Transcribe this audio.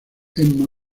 emma